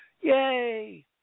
Yay